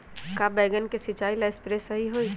का बैगन के सिचाई ला सप्रे सही होई?